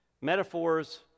Metaphors